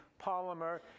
polymer